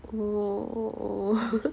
oh